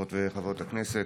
חברות וחברי הכנסת,